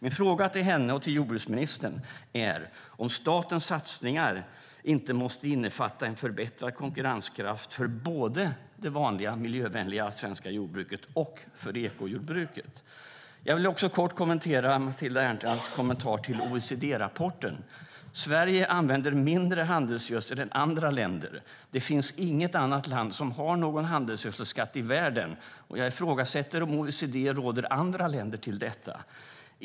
Min fråga till henne och till jordbruksministern är: Måste inte statens satsningar innefatta en förbättrad konkurrenskraft för både det vanliga miljövänliga svenska jordbruket och ekojordbruket? Jag vill också kort kommentera Matilda Ernkrans kommentar till OECD-rapporten. Sverige använder mindre handelsgödsel än andra länder. Det finns inget annat land i världen som har en handelsgödselskatt. Och jag ifrågasätter om OECD råder andra länder till detta.